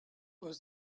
was